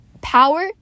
power